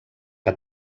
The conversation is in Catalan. que